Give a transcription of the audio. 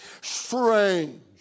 strange